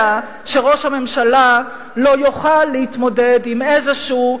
שראש הממשלה לא יוכל להתמודד עם איזשהו,